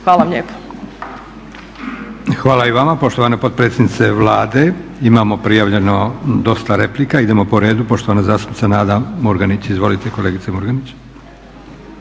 Josip (SDP)** Hvala i vama poštovana potpredsjednice Vlade. Imamo prijavljeno dosta replika, idemo po redu. Poštovana zastupnica Nada Murganić. Izvolite kolegice Murganić.